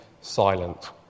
silent